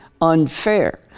unfair